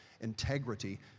integrity